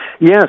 Yes